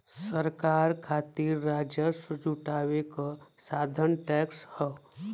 सरकार खातिर राजस्व जुटावे क साधन टैक्स हौ